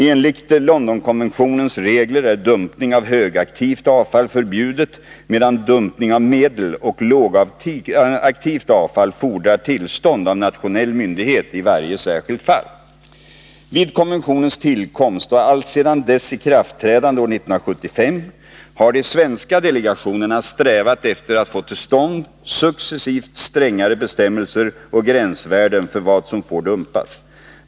Enligt Londonkonventionens regler är dumpning av högaktivt avfall förbjudet, medan dumpning av medeloch lågaktivt avfall fordrar tillstånd av nationell myndighet i varje särskilt fall. Vid konventionens tillkomst och alltsedan dess ikraftträdande år 1975 har de svenska delegationerna strävat efter att få till stånd successivt strängare bestämmelser och gränsvärden för vad som får dumpas.